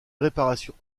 réparations